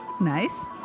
nice